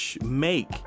make